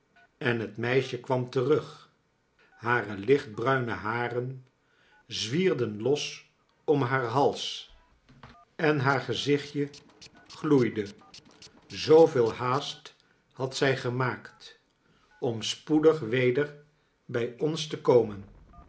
en het meisje kwam terug hare lichtbruine haren zwierden los om haar hals en haar gezichtje gloeide zooveel haast had zij gemaakt om spoedig weder bij ons te komen